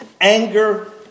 anger